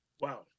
Wow